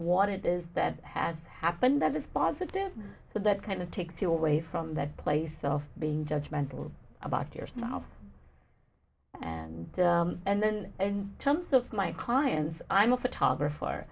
what it is that has happened that is positive so that kind of takes you away from that place of being judgmental about yourself and and then in terms of my clients i'm a photographer